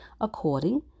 according